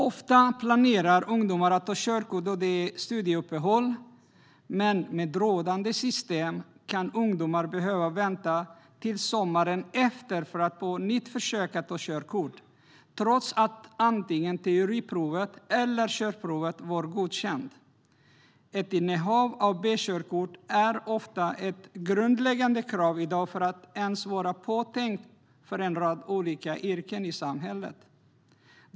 Ofta planerar ungdomar att ta körkort då det är studieuppehåll, men med rådande system kan ungdomar behöva vänta till sommaren efter för att på nytt försöka ta körkort, trots att antingen teoriprovet eller körprovet var godkänt. Ett innehav av B-körkort är i dag ofta ett grundläggande krav för att man ens kan vara påtänkt för en rad olika yrken i samhället.